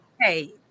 Hey